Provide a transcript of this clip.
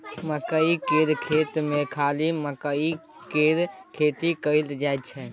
मकई केर खेत मे खाली मकईए केर खेती कएल जाई छै